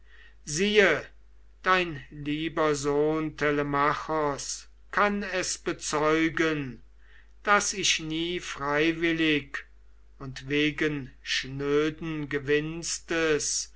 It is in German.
siehe dein lieber sohn telemachos kann es bezeugen daß ich nie freiwillig und wegen schnöden gewinstes